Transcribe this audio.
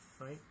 right